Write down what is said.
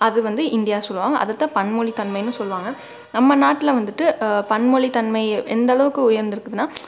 அது வந்து இந்தியா சொல்லுவாங்க அதை தான் பன்மொழி தன்மைன்னும் சொல்லுவாங்க நம்ம நாட்டில் வந்துவிட்டு பன்மொழி தன்மை எந்த அளவுக்கு உயர்ந்து இருக்குதுன்னா